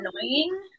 annoying